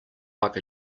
like